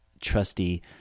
trusty